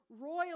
royal